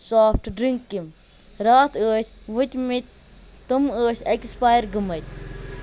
soft ڈِرٛنٛکیِم راتھ ٲسۍ وٲتۍمٕتۍ تِم ٲسۍ ایٚکسپایر گٲمٕتۍ